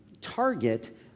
target